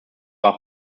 war